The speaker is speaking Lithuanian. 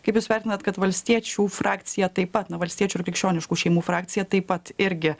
kaip jūs vertinat kad valstiečių frakcija taip pat na valstiečių ir krikščioniškų šeimų frakcija taip pat irgi